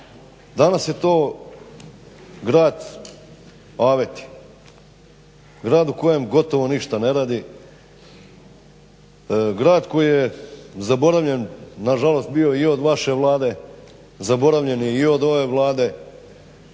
Danas je to grad aveti, grad u kojem gotovo ništa ne radi, grad koji je zaboravljen nažalost bio i od vaše Vlade, zaboravljen i od ove Vlade